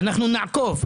נעקוב.